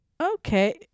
Okay